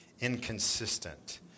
Inconsistent